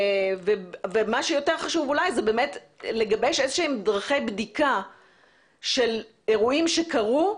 מה שיותר חשוב אולי זה באמת לגבש איזשהן דרכי בדיקה של אירועים שקרו,